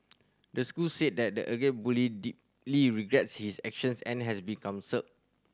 the school said that the alleged bully deeply regrets his actions and has been counselled